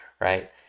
right